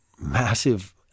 massive